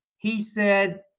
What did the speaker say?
he said,